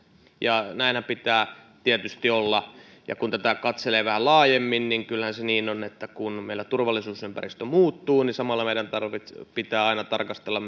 ja näinhän pitää tietysti olla kun tätä katselee vähän laajemmin niin kyllähän se niin on että kun meillä turvallisuusympäristö muuttuu niin samalla meidän pitää aina tarkastella